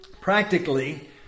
practically